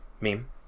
Meme